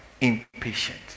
impatient